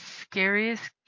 Scariest